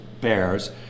bears